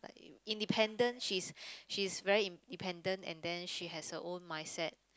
independent she is she is very independent and then she has her own mindset